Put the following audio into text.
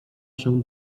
się